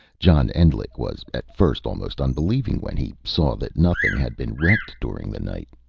john endlich was at first almost unbelieving when he saw that nothing had been wrecked during the night.